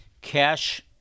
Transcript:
cash